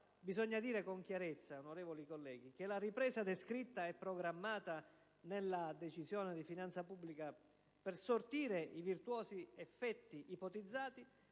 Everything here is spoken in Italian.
bisogna dire con chiarezza, onorevoli colleghi, che la ripresa descritta e programmata nella Decisione di finanza pubblica, per sortire i virtuosi effetti ipotizzati,